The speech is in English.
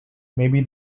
maybe